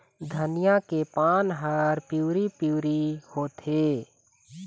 धनिया के पान हर पिवरी पीवरी होवथे?